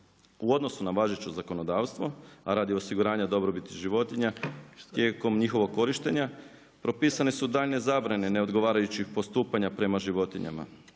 U odnosu na važeće zakonodavstvo, a radi osiguranja dobrobit životinja tijekom njihovog korištenja, propisane su daljnje zabrane neodgovarajućih postupanja prema životinjama,